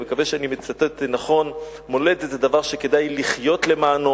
אני מקווה שאני מצטט נכון: מולדת זה דבר שכדאי לחיות למענו,